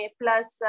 plus